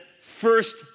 first